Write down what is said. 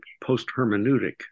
post-hermeneutic